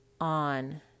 On